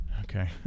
okay